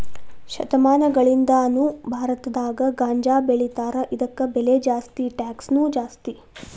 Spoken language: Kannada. ಶತಮಾನಗಳಿಂದಾನು ಭಾರತದಾಗ ಗಾಂಜಾಬೆಳಿತಾರ ಇದಕ್ಕ ಬೆಲೆ ಜಾಸ್ತಿ ಟ್ಯಾಕ್ಸನು ಜಾಸ್ತಿ